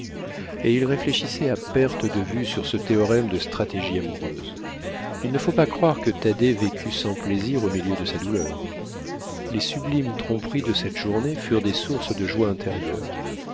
et il réfléchissait à perte de vue sur ce théorème de stratégie amoureuse il ne faut pas croire que thaddée vécût sans plaisir au milieu de sa douleur les sublimes tromperies de cette journée furent des sources de joie intérieure